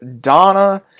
Donna